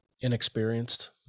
Inexperienced